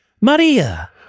Maria